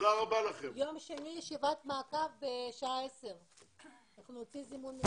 יום שני ישיבת מעקב בשעה 10:00,